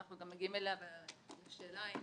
השאלה אם